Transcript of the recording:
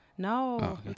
no